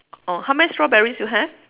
oh how many strawberries you have